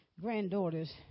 granddaughter's